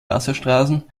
wasserstraßen